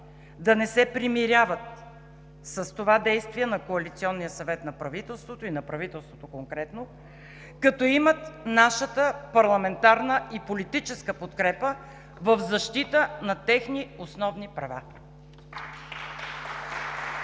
да не се примиряват с това действие на Коалиционния съвет на правителството и на правителството конкретно, като имат нашата парламентарна и политическа подкрепа в защита на техните основни права.